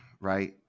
right